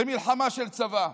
במלחמה של צבא.